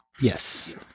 yes